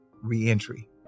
reentry